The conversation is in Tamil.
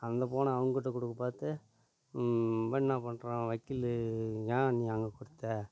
அந்த ஃபோனை அவங்கிட்ட கொடுக்க பார்த்து இவன் என்ன பண்ணுறான் வக்கில் ஏன் நீ அங்கே கொடுத்த